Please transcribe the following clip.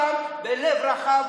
המערכת הישראלית קלטה אותם בלב רחב,